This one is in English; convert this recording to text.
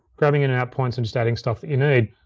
grabbing in and out points, and just adding stuff that you need.